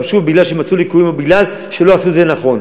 שוב כי מצאו ליקויים או כי לא עשו את זה נכון.